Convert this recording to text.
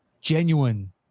genuine